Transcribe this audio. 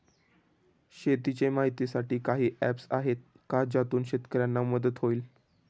शेतीचे माहितीसाठी काही ऍप्स आहेत का ज्यातून शेतकऱ्यांना मदत होईल?